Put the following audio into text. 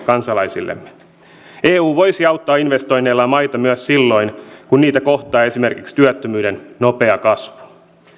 kansalaisillemme eu voisi auttaa investoinneilla maita myös silloin kun niitä kohtaa esimerkiksi työttömyyden nopea kasvu